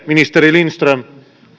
ministeri lindström